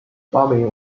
farming